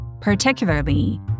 particularly